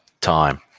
time